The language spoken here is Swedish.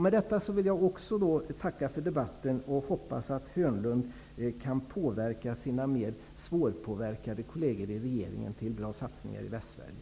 Med det anförda vill även jag tacka för debatten, och jag hoppas att Börje Hörnlund kan påverka sina mer svårpåverkade kolleger i regeringen till bra satsningar i Västsverige.